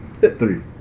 Three